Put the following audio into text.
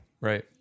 Right